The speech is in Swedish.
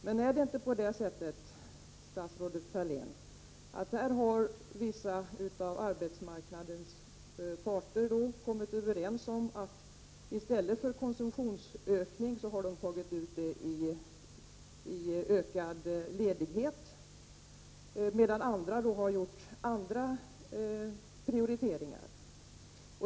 Men är det inte så, statsrådet Thalén, att vissa av arbetsmarknadens parter har kommit överens om att i stället för konsumtionsökning göra ett uttag i längre ledighet, medan andra grupper har gjort andra prioriteringar.